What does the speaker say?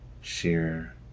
share